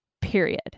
period